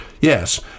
Yes